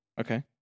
Okay